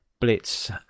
blitz